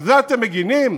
על זה אתם מגינים?